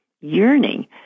yearning